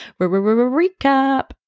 recap